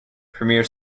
premiere